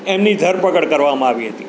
એમની ધરપકડ કરવામાં આવી હતી